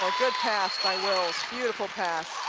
good pass by wills, beautiful pass.